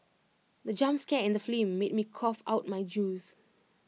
the jump scare in the film made me cough out my juice